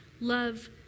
love